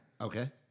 Okay